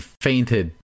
fainted